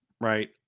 Right